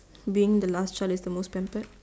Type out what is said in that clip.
being the last child is the most tempted